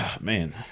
Man